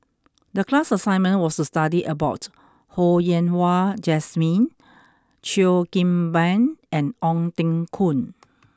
the class assignment was to study about Ho Yen Wah Jesmine Cheo Kim Ban and Ong Teng Koon